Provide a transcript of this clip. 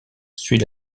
suit